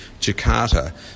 Jakarta